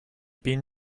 been